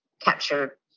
capture